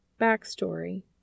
backstory